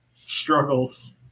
struggles